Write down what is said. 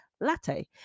latte